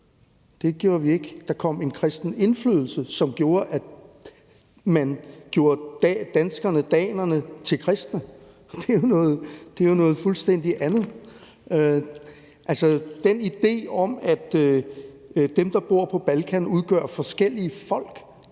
det gjorde vi ikke. Der kom en kristen indflydelse, som betød, at man gjorde danerne/danskerne til kristne, og det er jo noget fuldstændig andet. Altså, den idé om, at dem, der bor på Balkan, udgør forskellige folk,